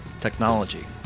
technology